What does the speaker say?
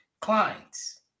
clients